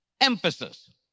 emphasis